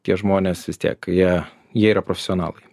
tie žmonės vis tiek jie jie yra profesionalai